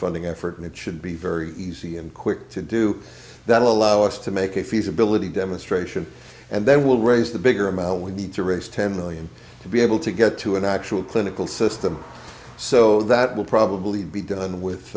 funding effort and it should be very easy and quick to do that allow us to make a feasibility demonstration and then we'll raise the bigger amount we need to raise ten million to be able to get to an actual clinical system so that will probably be done with